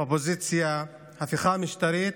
ובאופוזיציה "הפיכה משטרית"